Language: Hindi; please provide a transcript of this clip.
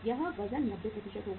यह वजन 90 होगा